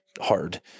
hard